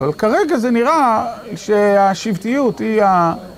אבל כרגע זה נראה שהשבטיות היא ה...